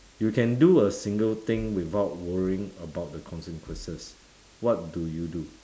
you can do a single thing without worrying about the consequences what do you do